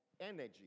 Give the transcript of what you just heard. energy